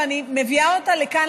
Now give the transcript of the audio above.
שאני מביאה ותה לכאן,